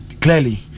clearly